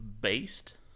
Based